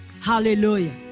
hallelujah